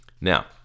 Now